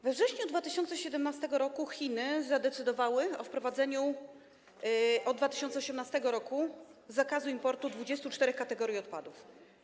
We wrześniu 2017 r. Chiny zadecydowały o wprowadzeniu od 2018 r. zakazu importu 24 kategorii odpadów.